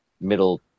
middle